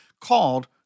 called